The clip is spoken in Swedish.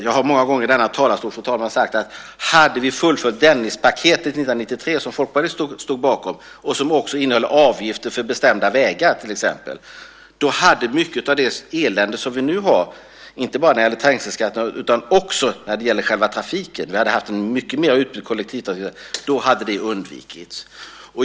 Jag har många gånger i denna talarstol, fru talman, sagt att hade vi fullföljt Dennispaketet 1993, som Folkpartiet stod bakom och som till exempel innehöll avgifter för bestämda vägar, hade mycket av det elände som vi nu har undvikits. Det gäller inte bara trängselskatten utan också själva trafiken. Vi hade haft en mycket mer utbyggd kollektivtrafik.